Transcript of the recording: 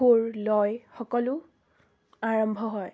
সুৰ লয় সকলো আৰম্ভ হয়